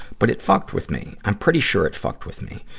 but it fucked with me. i'm pretty sure it fucked with me.